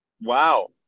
Wow